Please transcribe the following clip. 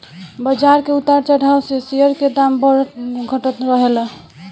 बाजार के उतार चढ़ाव से शेयर के दाम घटत बढ़त रहेला